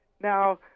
Now